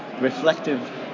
reflective